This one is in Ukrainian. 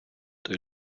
той